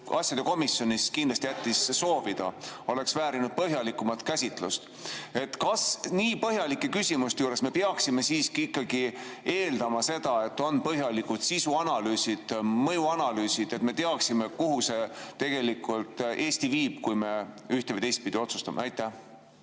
asjade komisjonis kindlasti jättis soovida, see oleks väärinud põhjalikumat käsitlust. Kas nii põhjalike küsimuste puhul me peaksime siiski ikkagi eeldama seda, et on põhjalikud sisuanalüüsid, mõjuanalüüsid, et me teaksime, kuhu see Eesti viib, kui me ühte- või teistpidi otsustame? Suur